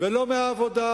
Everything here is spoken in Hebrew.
ולא מהעבודה,